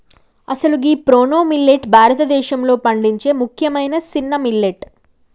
అసలు గీ proso millet భారతదేశంలో పండించే ముఖ్యమైన సిన్న మిల్లెట్